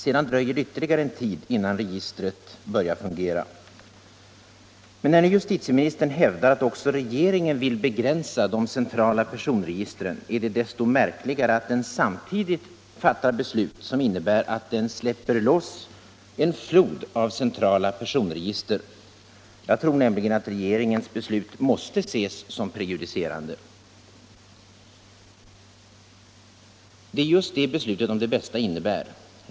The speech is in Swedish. Sedan dröjer det ytterligare en tid innan registret börjar fungera. Men när nu justitieministern hävdar att också regeringen vill begränsa de centrala personregistren är det desto märkligare att den samtidigt fattar beslut som innebär att den släpper loss en flod av centrala personregister. Jag tror nämligen att regeringens beslut måste ses som prejudicerande. Det är just det som beslutet om Det Bästa innebär.